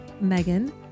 Megan